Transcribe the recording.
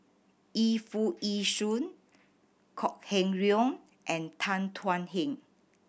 Yu Foo Yee Shoon Kok Heng Leun and Tan Thuan Heng